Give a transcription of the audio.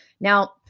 now